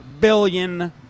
billion